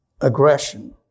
aggression